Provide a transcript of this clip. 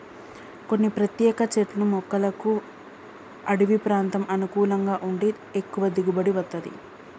కొన్ని ప్రత్యేక చెట్లను మొక్కలకు అడివి ప్రాంతం అనుకూలంగా ఉండి ఎక్కువ దిగుబడి వత్తది